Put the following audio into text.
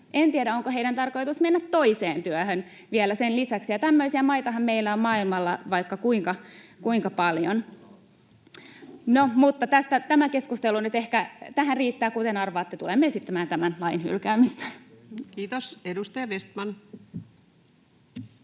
En tiedä, onko heillä tarkoitus mennä toiseen työhön vielä sen lisäksi, tämmöisiä maitahan meillä on maailmalla vaikka kuinka paljon. No mutta, tämä keskustelu nyt ehkä tässä riittää. Kuten arvaatte, tulemme esittämään tämän lain hylkäämistä. [Speech 151] Speaker: